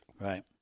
Right